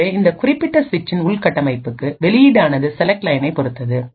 எனவே இந்த குறிப்பிட்ட சுவிட்சின் உள்கட்டமைப்புக்கு வெளியீடானது செலக்ட் லையனைப் பொறுத்தது